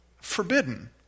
forbidden